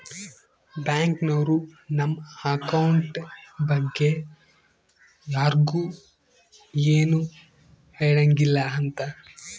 bank ನವ್ರು ನಮ್ account ಬಗ್ಗೆ ಯರ್ಗು ಎನು ಹೆಳಂಗಿಲ್ಲ ಅಂತ